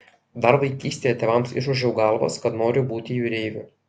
dar vaikystėje tėvams išūžiau galvas kad noriu būti jūreiviu